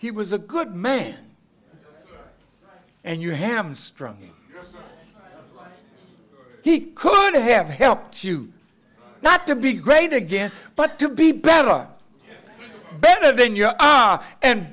he was a good man and you have a strong he could have helped you not to be great again but to be better better than you are and